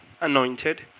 anointed